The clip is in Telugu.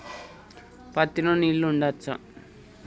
పత్తి లో నీళ్లు ఉంచచ్చా?